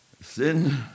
Sin